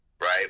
right